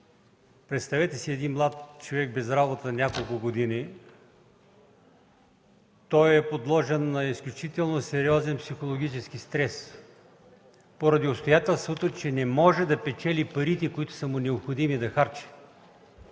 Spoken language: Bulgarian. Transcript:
представете си един млад човек без работа няколко години, той е подложен на изключително сериозен психологически стрес поради обстоятелството, че не може да печели парите, които са му необходими да харчи,